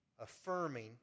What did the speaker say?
affirming